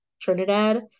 trinidad